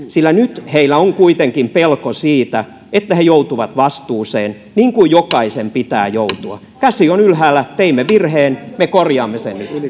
sillä nyt näpistelijöillä on kuitenkin pelko siitä että he joutuvat vastuuseen niin kuin jokaisen pitää joutua käsi on ylhäällä teimme virheen me korjaamme sen